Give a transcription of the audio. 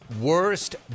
worst